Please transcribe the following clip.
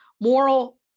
Moral